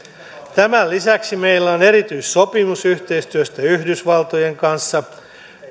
tämän lisäksi meillä on erityissopimus yhteistyöstä yhdysvaltojen kanssa